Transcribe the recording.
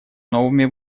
новыми